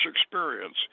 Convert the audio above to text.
experience